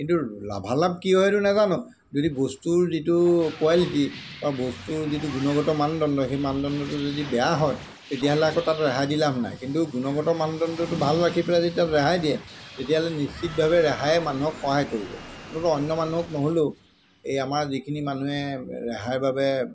কিন্তু লাভালাভ কি হয়তো নাজানো যদি বস্তুৰ যিটো কোৱালিটি বা বস্তুৰ যিটো গুণগত মানদণ্ড সেই মানদণ্ডটো যদি বেয়া হয় তেতিয়াহ'লে আকৌ তাত ৰেহাই দি লাভ নাই কিন্তু গুণগত মানদণ্ডটো ভাল ৰাখি পেলাই যদি তাত ৰেহাই দিয়ে তেতিয়াহ'লে নিশ্চিতভাৱে ৰেহায়ে মানুহক সহায় কৰিব কোনো অন্য মানুহক নহ'লেও এই আমাৰ যিখিনি মানুহে ৰেহাইৰ বাবে